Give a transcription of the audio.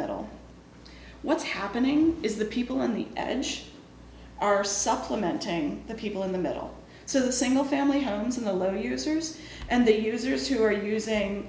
middle what's happening is the people in the are supplementing the people in the middle so the single family homes in the low users and the users who are using